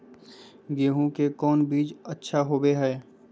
गेंहू के कौन बीज अच्छा होबो हाय?